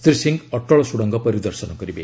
ଶୀ ସିଂହ ଅଟଳ ସ୍ରଡ଼ଙ୍ଗ ପରିଦର୍ଶନ କରିବେ